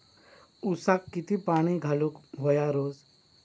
ऊसाक किती पाणी घालूक व्हया रोज?